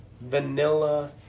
Vanilla